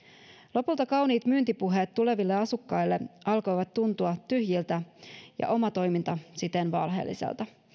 lopulta kauniit myyntipuheet tuleville asukkaille alkoivat tuntua tyhjiltä ja oma toiminta siten valheelliselta